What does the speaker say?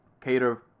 Cater